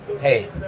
hey